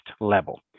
level